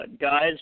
guys